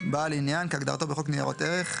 "בעל עניין" כהגדרתו בחוק ניירות ערך,